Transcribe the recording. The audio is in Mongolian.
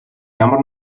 ямар